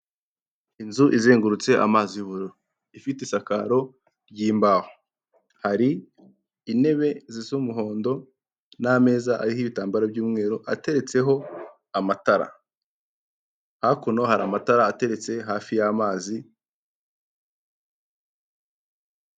Inzu izengurutse amazi y'ubururu ifite isakaro ry'imbaho, hari intebe z'umuhondo n'ameza ariho ibitambaro by'umweru ateretseho amatara, hakuno hari amatara ateretse hafi y'amazi.